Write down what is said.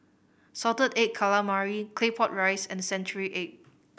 Salted Egg Calamari Claypot Rice and century egg